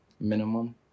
minimum